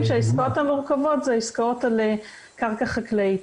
שהעסקאות המורכבות זה עסקאות על קרקע חקלאית.